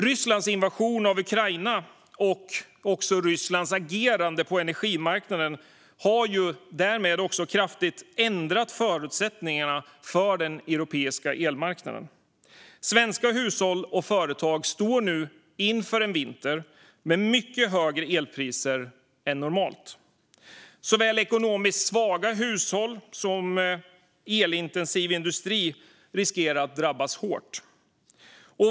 Rysslands invasion av Ukraina och Rysslands agerande på energimarknaden har därmed också kraftigt ändrat förutsättningarna för den europeiska elmarknaden. Svenska hushåll och företag står nu inför en vinter med mycket högre elpriser än normalt. Såväl ekonomiskt svaga hushåll som elintensiv industri riskerar att drabbas hårt.